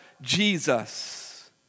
Jesus